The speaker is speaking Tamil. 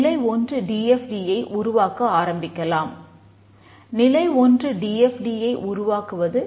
நிலை 0 டி எஃப் டி ஐ அமைக்கிறது